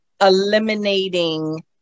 eliminating